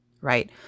right